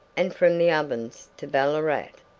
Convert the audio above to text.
and from the ovens to ballarat.